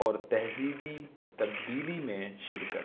اور تہذیبی تبدیلی میں شرکت